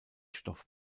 stoff